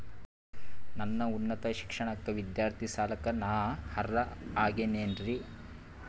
ನನ್ನ ಉನ್ನತ ಶಿಕ್ಷಣಕ್ಕ ವಿದ್ಯಾರ್ಥಿ ಸಾಲಕ್ಕ ನಾ ಅರ್ಹ ಆಗೇನೇನರಿ?